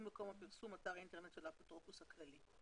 מקום הפרסום הוא באתר האינטרנט של האפוטרופוס הכללי.